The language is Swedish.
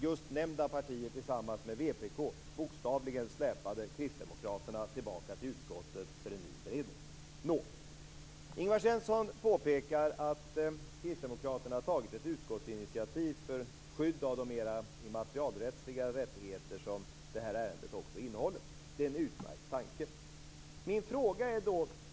Just nämnda partier tillsammans med vpk släpade bokstavligen Ingvar Svensson påpekar att Kristdemokraterna tagit ett utskottsinitiativ för skydd av de mer immaterialrättsliga rättigheter som ärendet innehåller. Det är en utmärkt tanke.